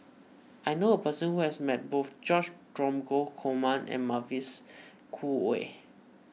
I know a person who has met both George Dromgold Coleman and Mavis Khoo Oei